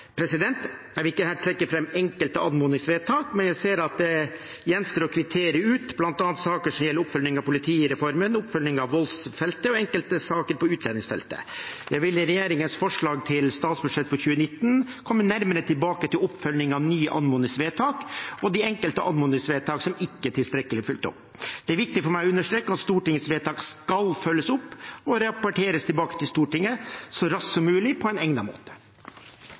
Jeg vil ikke her trekke fram enkelte anmodningsvedtak, men jeg ser at det gjenstår å kvittere ut bl.a. saker som gjelder oppfølging av politireformen, oppfølging av voldsfeltet og enkelte saker på utlendingsfeltet. Jeg vil i regjeringens forslag til statsbudsjett for 2019 komme nærmere tilbake til oppfølgingen av nye anmodningsvedtak og de enkelte anmodningsvedtakene som ikke er tilstrekkelig fulgt opp. Det er viktig for meg å understreke av Stortingets vedtak skal følges opp og rapporteres tilbake til Stortinget så raskt som mulig på en egnet måte.